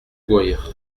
courir